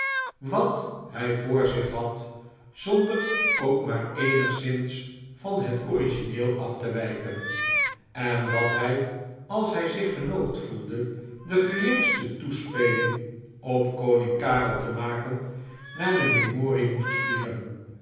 wat hij voor zfch had zonder ook maar eenigszins van het origineel af te wijken en dat hij als hij zich genoopt voelde de geringste toespeling op koning karel te maken naar de memorie moest vliegen